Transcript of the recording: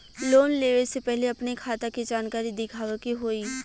Loan लेवे से पहिले अपने खाता के जानकारी दिखावे के होई?